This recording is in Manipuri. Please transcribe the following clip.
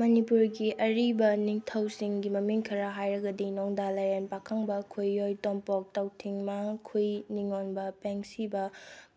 ꯃꯅꯤꯄꯨꯔꯒꯤ ꯑꯔꯤꯕ ꯅꯤꯡꯊꯧꯁꯤꯡꯒꯤ ꯃꯃꯤꯡ ꯈꯔ ꯍꯥꯏꯔꯒꯗꯤ ꯅꯣꯡꯗꯥ ꯂꯥꯏꯔꯦꯟ ꯄꯥꯈꯪꯕ ꯈꯨꯏꯌꯣꯏ ꯇꯣꯝꯄꯣꯛ ꯇꯧꯊꯤꯡꯃꯥꯡ ꯈꯨꯏ ꯅꯤꯡꯉꯣꯟꯕ ꯄꯦꯡꯁꯤꯕ